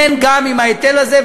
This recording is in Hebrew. גם עם ההיטל הזה,